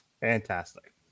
fantastic